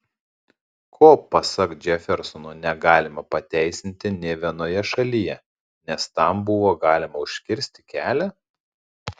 ko pasak džefersono negalima pateisinti nė vienoje šalyje nes tam buvo galima užkirsti kelią